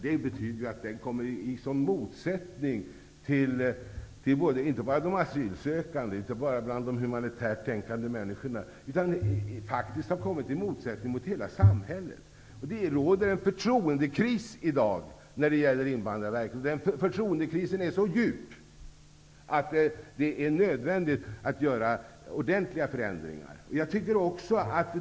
Det betyder ju att det uppstår motsättningar inte bara gentemot de asylsökande och de humanitärt tänkande människorna, utan faktiskt gentemot hela samhället. Det råder en förtroendekris i dag när det gäller Invandrarverket. Den förtroendekrisen är så djup att det är nödvändigt att göra ordentliga förändringar.